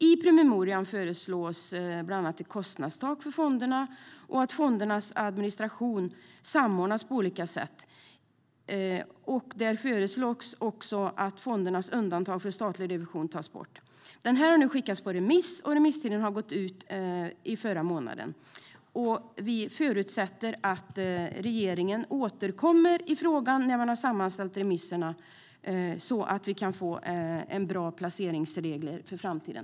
I promemorian föreslås bland annat ett kostnadstak för fonderna och att fondernas administration samordnas på olika sätt. Det föreslås också att fondernas undantag från statlig revision tas bort. Promemorian har skickats på remiss, och remisstiden gick ut förra månaden. Vi förutsätter att regeringen återkommer i frågan när remissvaren har sammanställts, så att vi kan få bra placeringsregler i framtiden.